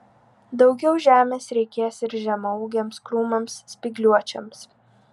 daugiau žemės reikės ir žemaūgiams krūmams spygliuočiams